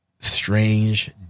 strange